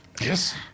Yes